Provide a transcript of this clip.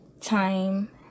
time